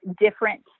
different